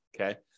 Okay